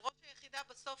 שראש היחידה בסוף